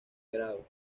grado